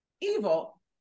evil